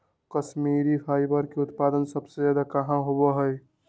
Kashmiri fibre के उत्पादन सबसे ज्यादा कहाँ होबा हई?